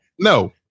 no